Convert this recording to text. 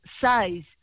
size